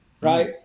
right